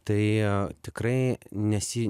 tai tikrai nesi